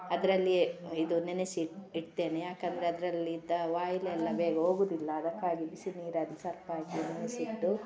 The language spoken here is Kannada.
ಅದರಲ್ಲಿಯೆ ಇದು ನೆನೆಸಿ ಇಟ್ ಇಡ್ತೇನೆ ಯಾಕೆಂದ್ರೆ ಅದರಲಿದ್ದ ವಾಯಿಲ್ ಎಲ್ಲ ಬೇಗ ಹೋಗುದಿಲ್ಲ ಅದಕ್ಕಾಗಿ ಬಿಸಿ ನೀರಲ್ಲಿ ಸರ್ಪ್ ಹಾಕಿ ನೆನೆಸಿಟ್ಟು